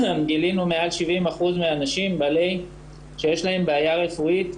גילינו מעל 70% מהנשים שיש להם בעיה רפואית,